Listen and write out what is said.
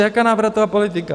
Jaká návratová politika?